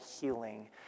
healing